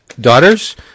daughters